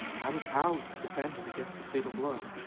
i was powerless to defend him against the fatal blow,